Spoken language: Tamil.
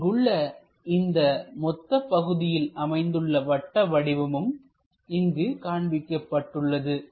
இங்குள்ள இந்த மொத்த பகுதியில் அமைந்துள்ள வட்ட வடிவமும் இங்கு காண்பிக்கப்பட்டுள்ளது